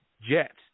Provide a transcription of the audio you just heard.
Jets